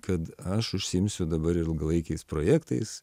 kad aš užsiimsiu dabar ilgalaikiais projektais